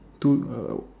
to uh